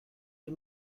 les